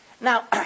Now